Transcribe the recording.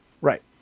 Right